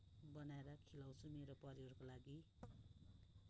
बनाएर खिलाउँछु मेरो परिवारको लागि